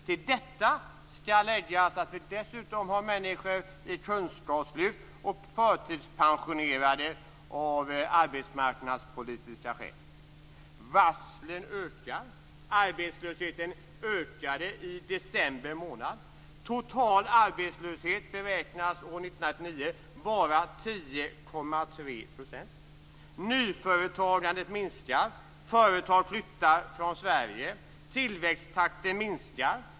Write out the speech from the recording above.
Till detta skall läggas att vi dessutom har människor i kunskapslyft och att människor är förtidspensionerade av arbetsmarknadspolitiska skäl.